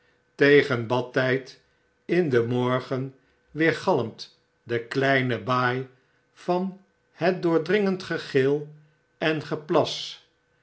tegen badtijd in den morgenweergalmt de kleine baai van het doordringend gegil en geplas